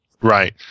Right